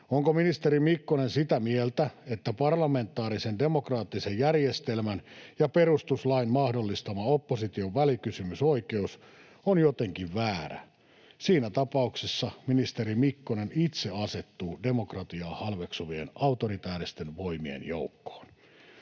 Onko ministeri Mikkonen sitä mieltä, että parlamentaarisen, demokraattisen järjestelmän ja perustuslain mahdollistama opposition välikysymysoikeus on jotenkin väärä? Siinä tapauksessa ministeri Mikkonen itse asettuu demokratiaa halveksuvien autoritääristen voimien joukkoon.